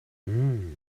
hmm